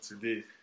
today